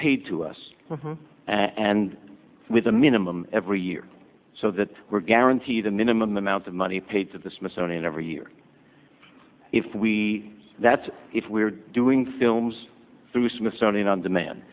paid to us and with a minimum every year so that we're guaranteed a minimum amount of money paid to the smithsonian every year if we that's if we're doing films through smithsonian on demand